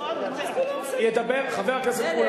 כולם